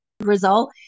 result